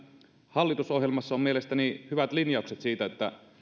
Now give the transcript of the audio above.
hallitusohjelmassa on mielestäni hyvät linjaukset siitä että